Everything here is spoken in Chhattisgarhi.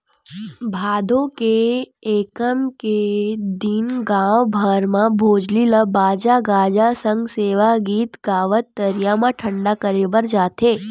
भादो के एकम के दिन गाँव भर म भोजली ल बाजा गाजा सग सेवा गीत गावत तरिया म ठंडा करे बर जाथे